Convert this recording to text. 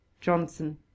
johnson